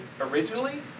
originally